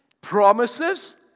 promises